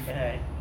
ya man